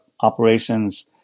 operations